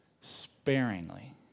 sparingly